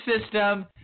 system